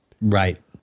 Right